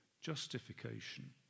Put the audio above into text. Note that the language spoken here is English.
justification